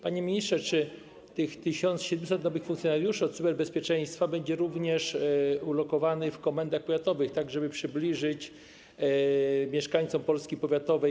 Panie ministrze, czy 1700 nowych funkcjonariuszy od cyberbezpieczeństwa będzie również ulokowanych w komendach powiatowych, tak żeby przybliżyć kontakt mieszkańcom Polski powiatowej?